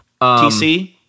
TC